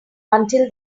until